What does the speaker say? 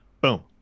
Boom